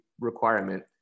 requirement